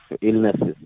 illnesses